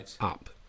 up